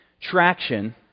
Traction